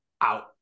out